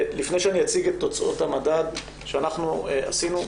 לפני שאני אציג את תוצאות המדד שאנחנו עשינו,